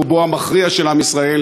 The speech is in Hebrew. רובו המכריע של עם ישראל,